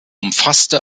umfasste